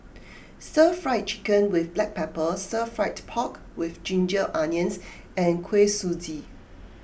Stir Fry Chicken with Black Pepper Stir Fried Pork with Ginger Onions and Kuih Suji